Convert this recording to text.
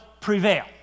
prevail